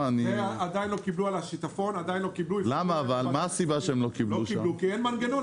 עדיין לא קיבלו על השיטפון, כי אין מנגנון,